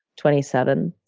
twenty seven,